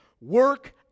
Work